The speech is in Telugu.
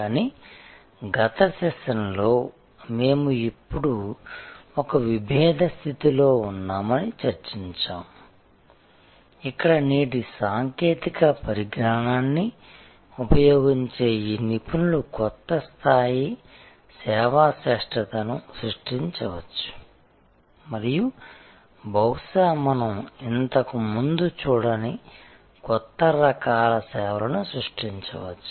కానీ గత సెషన్లో మేము ఇప్పుడు ఒక విబేధ స్థితిలో ఉన్నామని చర్చించాము ఇక్కడ నేటి సాంకేతిక పరిజ్ఞానాన్ని ఉపయోగించే ఈ నిపుణులు కొత్త స్థాయి సేవా శ్రేష్ఠతను సృష్టించవచ్చు మరియు బహుశా మనం ఇంతకు ముందు చూడని కొత్త రకాల సేవలను సృష్టించవచ్చు